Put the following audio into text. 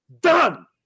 done